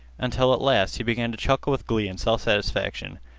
until at last he began to chuckle with glee and self-satisfaction.